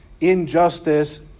Injustice